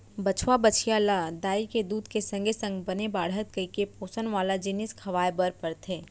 बछवा, बछिया ल दाई के दूद के संगे संग बने बाढ़य कइके पोसन वाला जिनिस खवाए बर परथे